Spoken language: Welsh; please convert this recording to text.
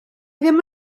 ddim